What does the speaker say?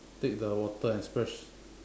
take the water and splash